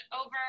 over